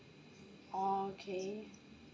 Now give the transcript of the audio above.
oh okay